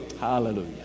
Hallelujah